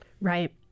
Right